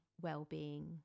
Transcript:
well-being